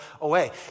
away